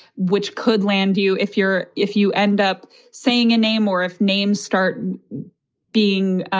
which could land you if you're if you end up saying a name or if names start being